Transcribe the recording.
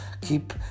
keep